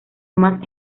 más